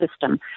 system